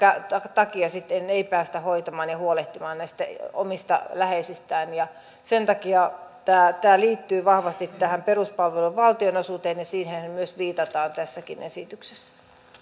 takia sitten ei päästä hoitamaan ja huolehtimaan näistä omista läheisistä sen takia tämä tämä liittyy vahvasti tähän peruspalvelun valtionosuuteen ja siihenhän myös viitataan tässäkin esityksessä